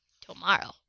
tomorrow